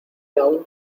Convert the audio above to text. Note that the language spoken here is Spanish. aún